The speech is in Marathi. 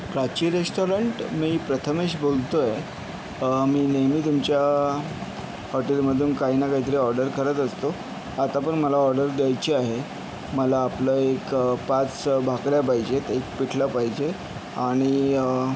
प्राची रेस्टॉरंट मी प्रथमेश बोलतोय मी नेहमी तुमच्या हॉटेलमधून काही ना काईतरी ऑर्डर करत असतो आता पण मला ऑर्डर द्यायची आहे मला आपलं एक पाच भाकऱ्या पाहिजे आहेत एक पिठलं पाहिजे आणि